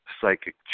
psychic